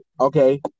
Okay